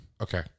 Okay